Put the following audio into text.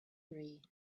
three